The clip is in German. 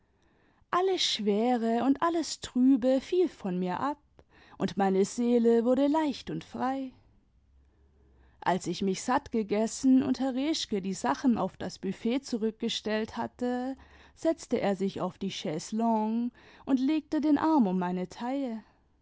alle schwere und alles trübe fiel von nur ab imd meine seele wurde leicht und frei als ich mich sattgegessen und herr reschke die sachen auf das büfett zurückgestellt hatte setzte er sich auf die chaiselongue md legte den arm um meine taille